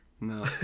No